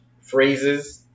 phrases